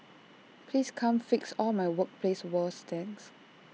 please come fix all my workplace woes thanks